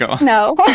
No